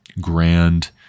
grand